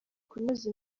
kunoza